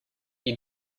you